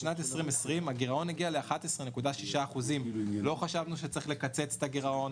בשנת 2020 הגירעון הגיע ל-11.6% ולא חשבנו שצריך לקצץ את הגירעון,